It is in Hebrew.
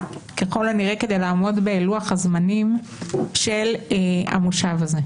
ככל הנראה כדי לעמוד בלוח-הזמנים של המושב הזה,